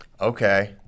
Okay